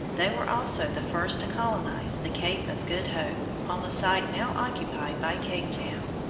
they were also the first to colonise the cape of good hope, on the site now occupied by cape town.